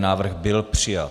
Návrh byl přijat.